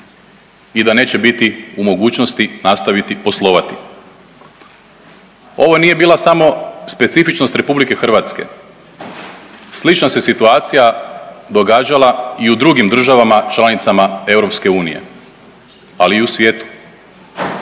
i da neće biti u mogućnosti nastaviti poslovati. Ovo nije bila samo specifičnost RH, slična se situacija događala i u drugim državama članicama EU, ali i u svijetu.